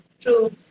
True